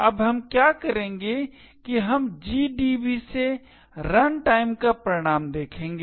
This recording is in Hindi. अब हम क्या करेंगे कि हम GDB से रनटाइम पर परिणाम देखेंगे